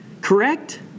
correct